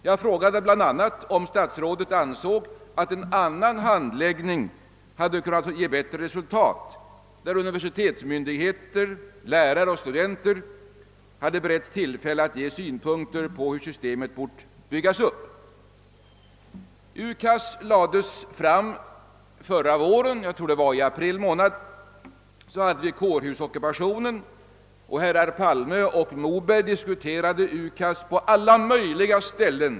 Jag frågade om statsrådet ansåg att en annan handläggning hade kunnat ge bättre resultat när universitetsmyndigheter, lärare och studenter hade beretts tillfälle att ge synpunkter på hur systemet bort läggas upp. UKAS lades fram förra våren, jag tror att det var i april månad. Sedan kom kårhusockupationen. Herrar Palme och Moberg diskuterade UKAS på alla möjliga ställen.